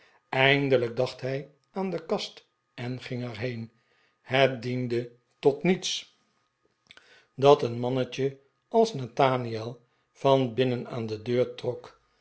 eindelijk dacht hij aan de kast en ging er heen het diende tot niets dat een mannetje als nathaniel van binnen aan de deur trok